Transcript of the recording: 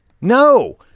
No